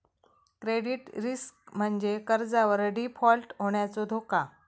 credit risk म्हणजे कर्जावर default होण्याचो धोका